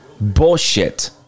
bullshit